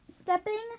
stepping